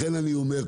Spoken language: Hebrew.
לכן אני אומר,